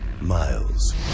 Miles